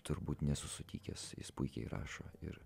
turbūt nesu sutikęs jis puikiai rašo ir